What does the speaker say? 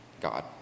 God